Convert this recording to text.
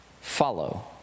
follow